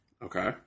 Okay